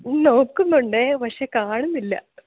നോക്കുന്നുണ്ട് പക്ഷേ കാണുന്നില്ല